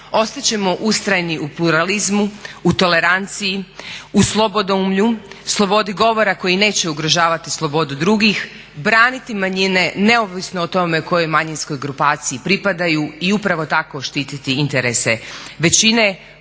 Ostat ćemo ustrajni u pluralizmu, u toleranciji, u slobodoumlju, slobodi govora koji neće ugrožavati slobodu drugih, braniti manjine neovisno o tome kojoj manjinskoj grupaciji pripadaju i upravo tako štititi interese većine.